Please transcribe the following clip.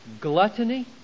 gluttony